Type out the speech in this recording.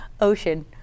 Ocean